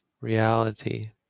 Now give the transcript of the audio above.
reality